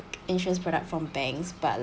insurance product from banks but